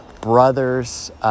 brother's